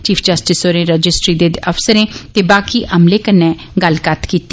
chief justice होरे registry दे अफसरे ते बाकी अमले कन्नै गल्लबात कीती